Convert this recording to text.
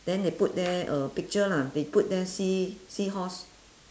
then they put there uh picture lah they put there sea~ seahorse